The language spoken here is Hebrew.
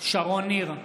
שרון ניר,